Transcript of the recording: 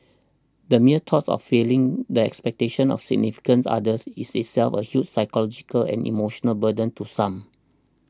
the mere thoughts of failing the expectations of significant others is itself a huge psychological and emotional burden to some